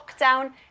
lockdown